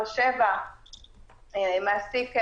אני חושבת שאם דנה גינוסר יכולה לעלות, עדיף שהיא